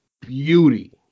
beauty